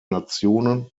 nationen